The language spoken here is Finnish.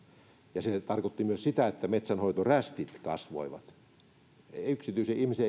se tarkoitti myös sitä että metsänhoitorästit kasvoivat laskettiin että yksityisen ihmisen